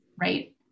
right